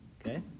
Okay